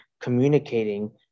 communicating